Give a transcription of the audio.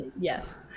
Yes